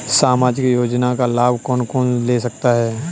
सामाजिक योजना का लाभ कौन कौन ले सकता है?